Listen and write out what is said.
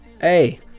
Hey